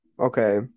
okay